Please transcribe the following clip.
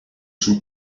two